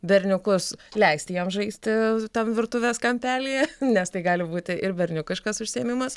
berniukus leisti jiems žaisti tam virtuvės kampelyje nes tai gali būti ir berniukiškas užsiėmimas